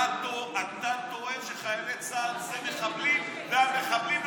אתה טוען שחיילי צה"ל הם מחבלים ושהמחבלים הם לוחמי חופש.